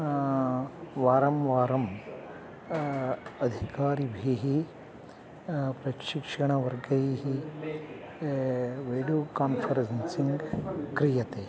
वारं वारम् अधिकारिभिः प्रशिक्षणवर्गैः वीडियो कान्फ़रेन्सिङ्ग् क्रियते